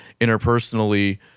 interpersonally